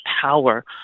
power